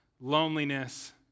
loneliness